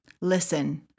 Listen